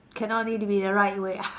cannot need to be the right way ah